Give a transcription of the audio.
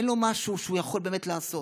אין לו משהו שהוא יכול באמת לעשות.